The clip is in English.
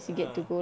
ah